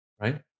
Right